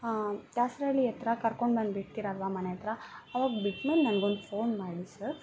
ದಾಸರಳ್ಳಿ ಹತ್ರ ಕರ್ಕೊಂಡ್ಬಂದ್ಬಿಡ್ತೀರಲ್ವ ಮನೆ ಹತ್ರ ಅವಾಗ ಬಿಟ್ಮೇಲೆ ನನ್ಗೊಂದು ಫೋನ್ ಮಾಡಿ ಸರ್